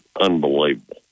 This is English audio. unbelievable